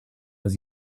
was